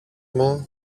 μου